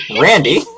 Randy